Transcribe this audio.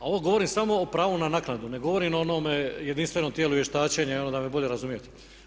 A ovo govorim samo o pravu na naknadu, ne govorim o onome jedinstvenom tijelu vještačenja, da me bolje razumijete.